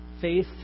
faith